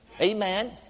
Amen